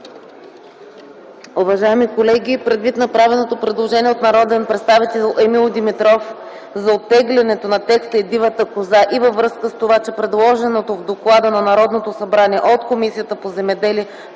Уважаеми колеги, предвид направеното предложение от народния представител Емил Димитров за оттеглянето на текста „и дивата коза” и във връзка с това, че предложеното в доклада на Народното събрание от Комисията по земеделие,